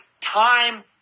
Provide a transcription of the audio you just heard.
time